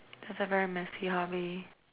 that's a very messy hobby